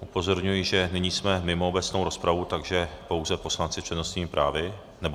Upozorňuji, že nyní jsme mimo obecnou rozpravu, takže pouze poslanci s přednostními právy nebo ministři.